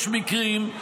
יש מקרים,